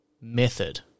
method